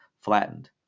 flattened